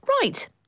Right